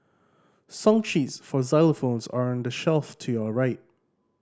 song sheets for xylophones are on the shelf to your right